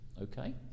okay